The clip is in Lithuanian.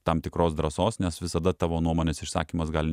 tam tikros drąsos nes visada tavo nuomonės išsakymas gali